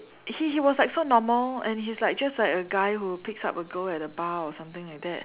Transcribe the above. he he was like so normal and he's like just like a guy who picks up a girl at the bar or something like that